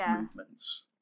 movements